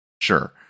Sure